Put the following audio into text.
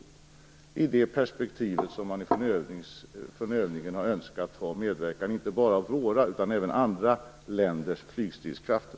Det är i det perspektivet som man vid övningen har önskat medverkan inte bara av våra utan även av andra länders flygstridskrafter.